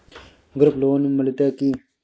Group loan मिलतै की?